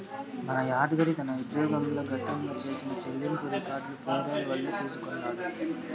మన యాద్గిరి తన ఉజ్జోగంల గతంల చేసిన చెల్లింపులు రికార్డులు పేరోల్ వల్లే తెల్సికొన్నాడు